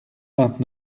vingt